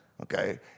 Okay